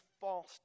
false